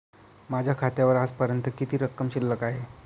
माझ्या खात्यावर आजपर्यंत किती रक्कम शिल्लक आहे?